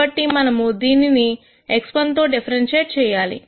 కాబట్టి మనము దీనిని x 1 తో డిఫ్రెన్షియేట్ చెయ్యాలి